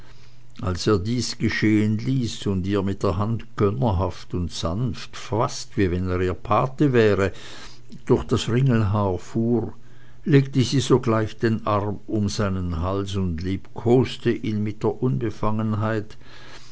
als er dies geschehen ließ und ihr mit der hand gönnerhaft und sanft fast wie wenn er ihr pate wäre durch das ringelhaar fuhr legte sie sogleich den arm um seinen hals und liebkoste ihn mit der unbefangenheit